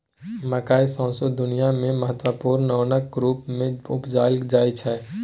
मकय सौंसे दुनियाँ मे महत्वपूर्ण ओनक रुप मे उपजाएल जाइ छै